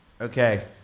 Okay